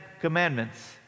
Commandments